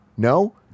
No